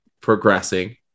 progressing